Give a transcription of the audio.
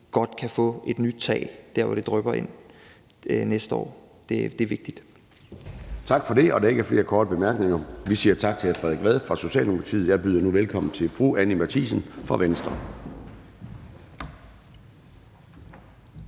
godt kan få et nyt tag der, hvor det drypper ind, næste år. Det er vigtigt. Kl. 11:16 Formanden (Søren Gade): Tak for det. Der er ikke flere korte bemærkninger, og så siger vi tak til hr. Frederik Vad fra Socialdemokratiet. Jeg byder nu velkommen til fru Anni Matthiesen fra Venstre.